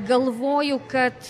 galvoju kad